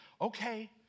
Okay